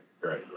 right